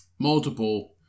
Multiple